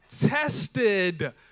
tested